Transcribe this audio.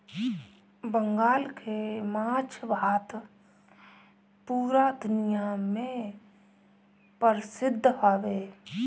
बंगाल के माछ भात पूरा दुनिया में परसिद्ध हवे